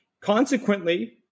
Consequently